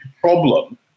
problem